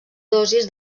dosis